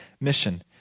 mission